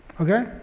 Okay